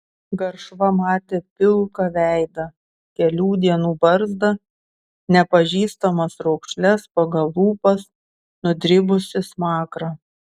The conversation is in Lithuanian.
garšva matė pilką veidą kelių dienų barzdą nepažįstamas raukšles pagal lūpas nudribusį smakrą